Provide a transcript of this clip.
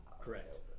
correct